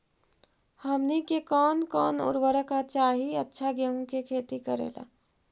हमनी के कौन कौन उर्वरक चाही अच्छा गेंहू के खेती करेला?